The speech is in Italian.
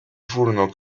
furono